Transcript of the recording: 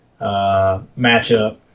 matchup